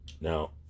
Now